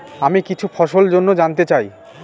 আমি কিছু ফসল জন্য জানতে চাই